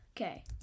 okay